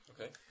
Okay